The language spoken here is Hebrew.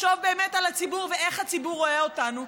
שאנחנו לא נחשוב באמת על הציבור ואיך הציבור רואה אותנו.